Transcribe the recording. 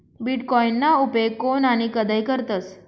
बीटकॉईनना उपेग कोन आणि कधय करतस